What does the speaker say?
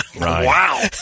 Wow